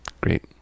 Great